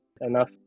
enough